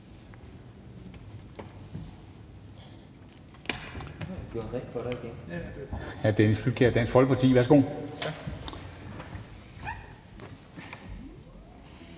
til hr. Dennis Flydtkjær, Dansk Folkeparti. Værsgo.